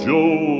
Joe